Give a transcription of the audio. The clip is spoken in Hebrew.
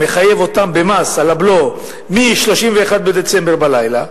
מחייבת אותם במס על הבלו מ-31 בדצמבר בלילה,